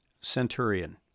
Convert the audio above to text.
centurion